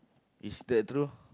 it's that true